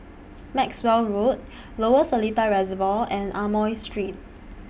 Maxwell Road Lower Seletar Reservoir and Amoy Street